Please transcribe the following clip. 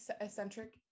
eccentric